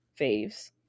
faves